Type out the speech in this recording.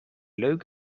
leuk